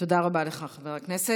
תודה רבה לך, חבר הכנסת.